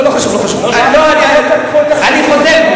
אני חוזר בי,